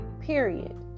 period